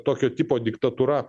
tokio tipo diktatūra